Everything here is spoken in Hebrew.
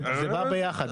זה בא ביחד,